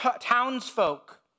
townsfolk